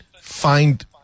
find